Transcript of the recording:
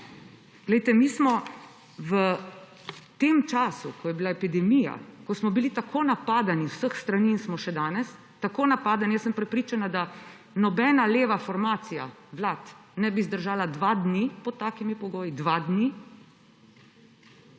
krivice. Mi smo v tem času, ko je bila epidemija, ko smo bili tako napadani z vseh strani in smo še danes – jaz sem prepričana, da nobena leva formacija vlad ne bi zdržala dva dni pod takimi pogoji, dva dni,